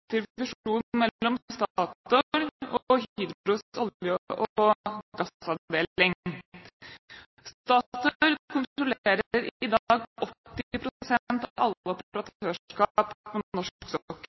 fusjonen mellom Statoil og Hydros olje- og gassavdeling. Statoil kontrollerer i dag 80 pst. av